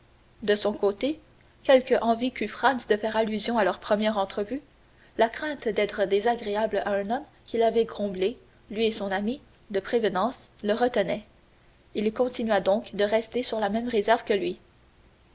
de son côté quelque envie qu'eut franz de faire allusion à leur première entrevue la crainte d'être désagréable à un homme qui l'avait comblé lui et son ami de prévenances le retenait il continua donc de rester sur la même réserve que lui